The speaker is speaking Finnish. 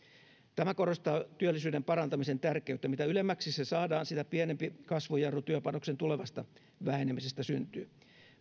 tämä korostaa työllisyyden parantamisen tärkeyttä mitä ylemmäksi se saadaan sitä pienempi kasvujarru työpanoksen tulevasta vähenemisestä syntyy